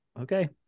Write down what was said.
okay